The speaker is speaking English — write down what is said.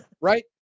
right